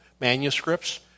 manuscripts